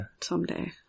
Someday